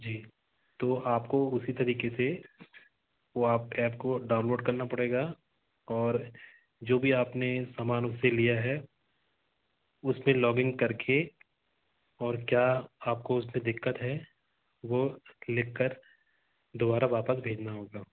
जी तो आपको उसी तरीक़े से वो आप ऐप को डाउनलोड करना पड़ेगा और जो भी आपने समान उससे लिया है उससे लॉगिन कर के और क्या आपको उससे दिक्कत है वो लिख कर दोबारा वापस भेजना होगा